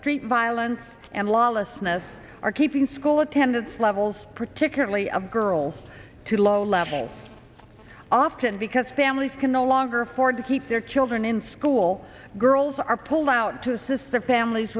street violence and lawlessness are keeping school attendance levels particularly of girls to low levels often because families can no longer afford to keep their children in school girls are pulled out to assist their families